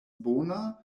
bona